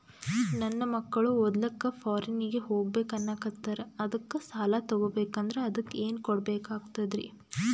ನನ್ನ ಮಕ್ಕಳು ಓದ್ಲಕ್ಕ ಫಾರಿನ್ನಿಗೆ ಹೋಗ್ಬಕ ಅನ್ನಕತ್ತರ, ಅದಕ್ಕ ಸಾಲ ತೊಗೊಬಕಂದ್ರ ಅದಕ್ಕ ಏನ್ ಕೊಡಬೇಕಾಗ್ತದ್ರಿ?